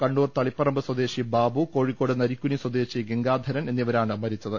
കണ്ണൂർ തളിപ്പറമ്പ് സ്വദേശി ബാബു കോഴിക്കോട് നരിക്കുനി സ്വദേശി ഗംഗാധരൻ എന്നിവരാണ് മരിച്ചത്